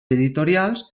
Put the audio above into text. editorials